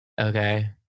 okay